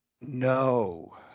No